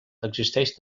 existeix